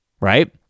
right